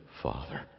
Father